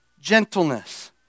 gentleness